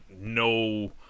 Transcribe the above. no